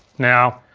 now,